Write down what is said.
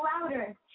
louder